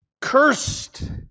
Cursed